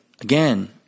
again